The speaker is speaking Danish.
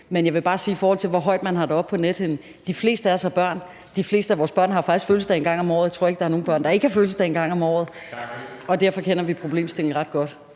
Men jeg vil bare sige, i forhold til i hvor høj grad man har det på nethinden, at de fleste af os har børn, og de fleste af vores børn har faktisk fødselsdag en gang om året. Jeg tror ikke, der er nogen børn, der ikke har fødselsdag en gang om året. Og derfor kender vi problemstillingen ret godt.